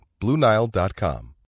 BlueNile.com